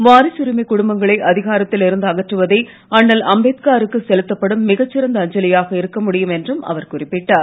வாரிசுரிமைக் குடும்பங்களை அதிகாரத்தில் இருந்து அகற்றுவதே அண்ணல் அம்பேத்காருக்கு செலுத்தப்படும் மிகச் சிறந்த அஞ்சலியாக இருக்க முடியும் என்றும் அவர் குறிப்பிட்டார்